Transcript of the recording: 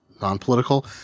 non-political